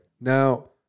Now